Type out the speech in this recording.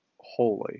holy